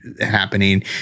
happening